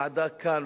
ועדה כאן,